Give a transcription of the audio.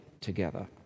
together